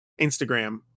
Instagram